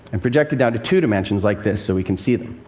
and projected down to two dimensions like this so we can see them.